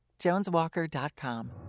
JonesWalker.com